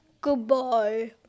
goodbye